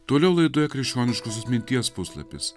toliau laidoje krikščioniškos minties puslapis